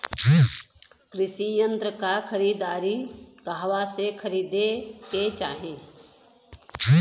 कृषि यंत्र क खरीदारी कहवा से खरीदे के चाही?